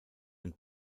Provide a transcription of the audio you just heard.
and